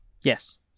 Yes